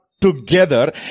together